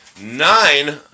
nine